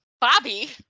Bobby